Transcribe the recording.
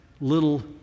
little